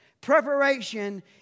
Preparation